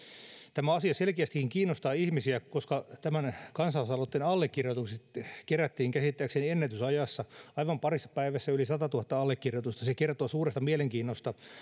tämä asia selkeästikin kiinnostaa ihmisiä koska tämän kansalaisaloitteen allekirjoitukset kerättiin käsittääkseni ennätysajassa aivan parissa päivässä yli satatuhatta allekirjoitusta se kertoo suuresta mielenkiinnosta